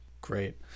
Great